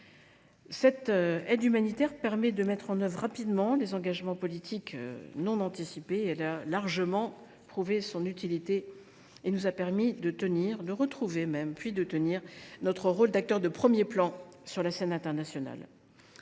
Cette aide humanitaire permet de mettre en œuvre rapidement les engagements politiques non anticipés. Elle a largement prouvé son utilité et nous a permis de retrouver, puis de tenir notre rôle d’acteur de premier plan sur la scène internationale.